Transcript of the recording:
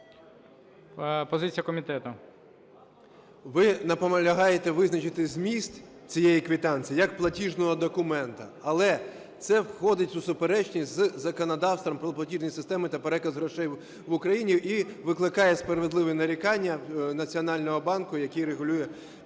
Ви наполягаєте визначити зміст цієї квитанції як платіжного документу, але це входить у суперечність із законодавством про платіжні системи та переказ грошей в Україні і викликає справедливі нарікання в Національного банку, який регулює